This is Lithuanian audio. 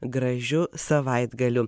gražiu savaitgaliu